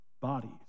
bodies